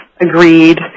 agreed